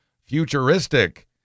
futuristic